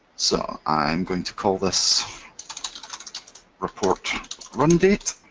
so i'm going to call this report run date.